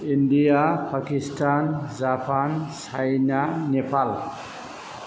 India Pakistan Japan China Nepal